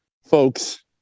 folks